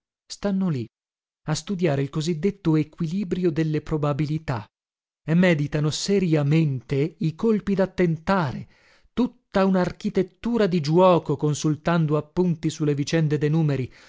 stanno lì a studiare il così detto equilibrio delle probabilità e meditano seriamente i colpi da tentare tutta unarchitettura di giuoco consultando appunti su le vicende de numeri